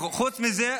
חוץ מזה,